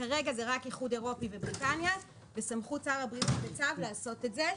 כרגע זה רק איחוד אירופי ובריטניה וסמכות שר הבריאות בצו לעשות את זה.